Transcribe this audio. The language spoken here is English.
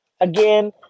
Again